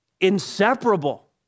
inseparable